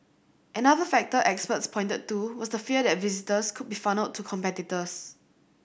another factor experts pointed to was the fear that visitors could be funnelled to competitors